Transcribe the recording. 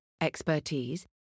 expertise